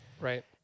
Right